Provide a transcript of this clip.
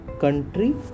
country